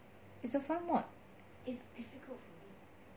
it's a fun mod